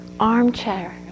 armchair